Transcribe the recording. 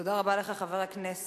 תודה רבה לך, חבר הכנסת